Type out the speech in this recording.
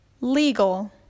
Legal